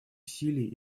усилий